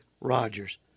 rogers